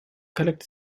collect